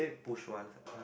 push once uh